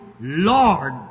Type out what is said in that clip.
Lord